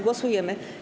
Głosujemy.